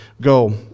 Go